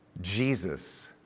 Jesus